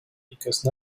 because